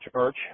church